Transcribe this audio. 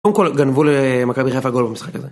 קודם כל, גנבו למכבי חיפה גול במשחק הזה.